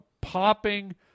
popping